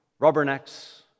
rubbernecks